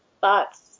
thoughts